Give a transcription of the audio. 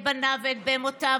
את בניו ואת בהמותיו,